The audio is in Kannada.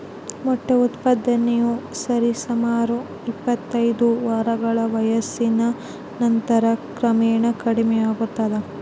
ಮೊಟ್ಟೆ ಉತ್ಪಾದನೆಯು ಸರಿಸುಮಾರು ಇಪ್ಪತ್ತೈದು ವಾರಗಳ ವಯಸ್ಸಿನ ನಂತರ ಕ್ರಮೇಣ ಕಡಿಮೆಯಾಗ್ತದ